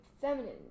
femininity